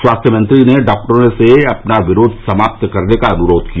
स्वास्थ्य मंत्री ने डॉक्टरों से अपना विरोध समाप्त करने का अनुरोध किया